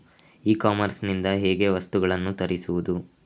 E commerce ಇಂದ ಹೇಗೆ ವಸ್ತುಗಳನ್ನು ತರಿಸುವುದು?